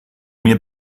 mir